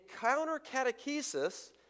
counter-catechesis